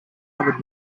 covered